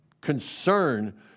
concern